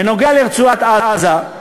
אשר לרצועת-עזה,